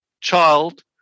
child